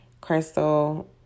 Crystal